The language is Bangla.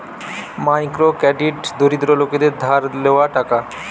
মাইক্রো ক্রেডিট দরিদ্র লোকদের ধার লেওয়া টাকা